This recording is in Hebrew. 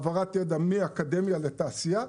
העברת ידע מאקדמיה לתעשייה.